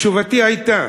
תשובתי הייתה